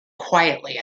quietly